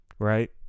Right